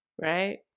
right